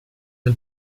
del